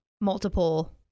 multiple